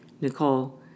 Nicole